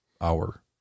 hour